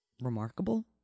remarkable